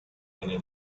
venne